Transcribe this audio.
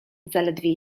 zaledwie